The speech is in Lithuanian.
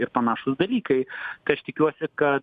ir panašūs dalykai kas tikiuosi kad